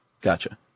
Gotcha